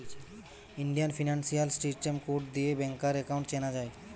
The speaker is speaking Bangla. ইন্ডিয়ান ফিনান্সিয়াল সিস্টেম কোড দিয়ে ব্যাংকার একাউন্ট চেনা যায়